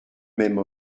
même